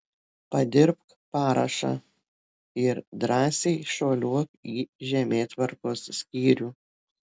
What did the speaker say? padirbk parašą ir drąsiai šuoliuok į žemėtvarkos skyrių